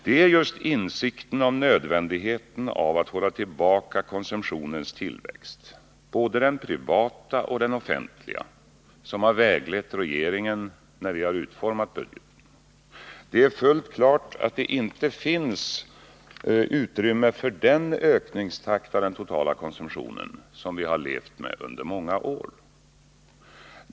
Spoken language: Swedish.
Det är just insikten om nödvändigheten att hålla tillbaka konsumtionens tillväxt, både den privata och den offentliga, som väglett regeringen när vi utformat budgeten. Det är fullt klart att det inte finns utrymme för den ökningstakt när det gäller den totala konsumtionen som vi levt med under många år.